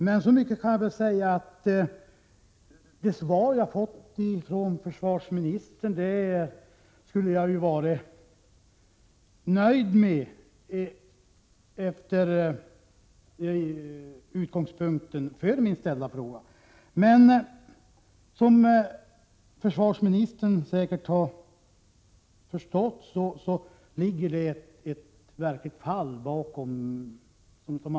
Men så mycket kan jag väl säga, att jag skulle ha varit nöjd med det svar jag fått från försvarsministern om jag endast hade utgått från den fråga jag ställde. Men som försvarsministern säkert har förstått ligger det ett verkligt fall bakom.